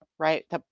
right